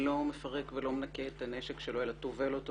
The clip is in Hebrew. ולא מפרק ומנקה את הנשק שלו אלא טובל אותו